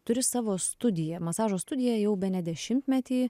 turi savo studiją masažo studiją jau bene dešimtmetį